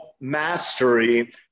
mastery